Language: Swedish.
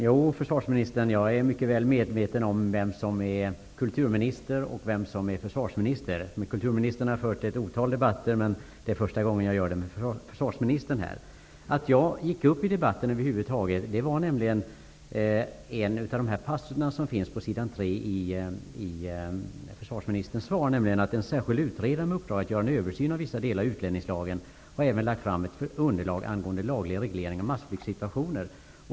Herr talman! Jag är mycket väl medveten om vem som är kulturministern och vem som är försvarsministern. Med kulturminister har jag debatterat oaliga gånger, men det är nu första gången jag gör det med försvarsministern. Orsaken till att jag över huvud taget gick upp i debatten var följande passus i försvarsministerns svar: ''En särskild utredare med uppdrag att göra en översyn av vissa delar av utlänningslagen har även lagt fram ett underlag angående laglig reglering av massflyktsituationer.''